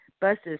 buses